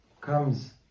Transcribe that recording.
comes